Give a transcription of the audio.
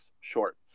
short